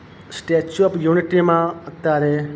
statue of યુનિટીમાં અત્યારે